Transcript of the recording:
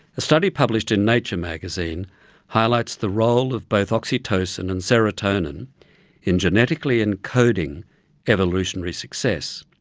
a study published in nature magazine highlights the role of both oxytocin and serotonin in genetically encoding evolutionary success.